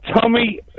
Tommy